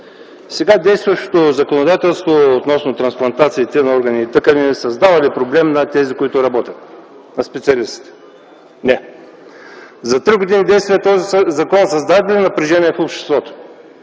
Сега действащото законодателство относно трансплантациите на органи и тъкани създава ли проблем на тези, които работят, на специалистите? – Не. За три години действие този закон създаде ли напрежение в обществото?